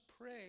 pray